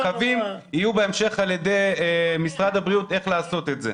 הקווים יהיו בהמשך על ידי משרד הבריאות איך לעשות את זה.